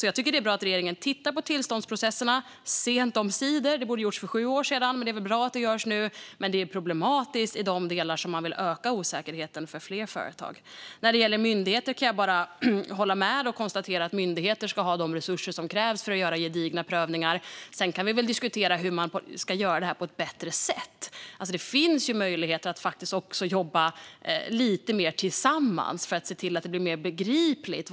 Jag tycker att det är bra att regeringen tittar på tillståndsprocesserna - sent omsider. Det borde ha gjorts för sju år sedan. Det är bra att det görs nu, men det är problematiskt i de delar där man vill öka osäkerheten för fler företag. När det gäller myndigheter kan jag bara hålla med och konstatera att myndigheter ska ha de resurser som krävs för att göra gedigna prövningar. Sedan kan vi diskutera hur man ska göra detta på ett bättre sätt. Det finns ju möjligheter att också jobba lite mer tillsammans för att se till att detta blir mer begripligt.